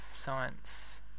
science